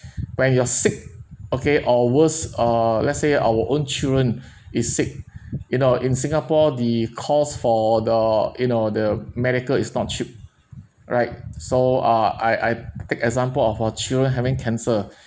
when you're sick okay or worse uh let's say our own children is sick you know in singapore the cost for the you know the medical is not cheap right so ah I I take example of uh children having cancer